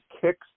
kicks